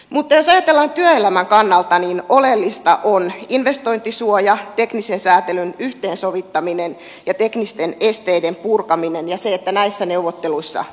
mutta jos ajatellaan työelämän kannalta niin oleellista on investointisuoja teknisen säätelyn yhteensovittaminen ja teknisten esteiden purkaminen ja se että näissä neuvotteluissa onnistutaan